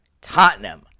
Tottenham